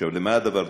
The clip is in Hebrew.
למה הדבר דומה?